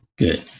Good